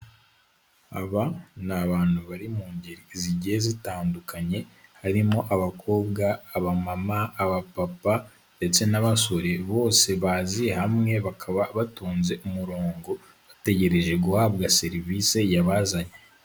Aba ni abantu bari mu ngeri zigiye zitandukanye harimo abakobwa, abamama, abapapa ndetse n'abasore, bose bazi hamwe bakaba batonze umurongo, bategereje guhabwa serivisi yabazanye.